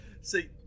See